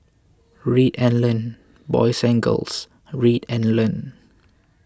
read and learn boys and girls read and learn